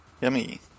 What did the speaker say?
Yummy